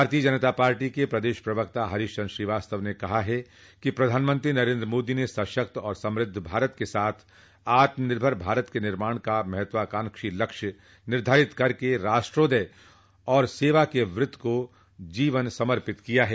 भाजपा के प्रदेश प्रवक्ता हरीश चन्द्र श्रीवास्तव ने कहा है कि प्रधानमंत्री नरेन्द्र मोदी ने सशक्त और समृद्ध भारत के साथ आत्मनिर्भर भारत के निमाण का महत्वाकांक्षी लक्ष्य निर्धारित कर राष्ट्रोदय और सेवा के व्रत के जीवन समर्पित किया है